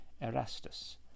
Erastus